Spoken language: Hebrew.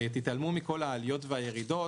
תתעלמו מכל העליות והירידות,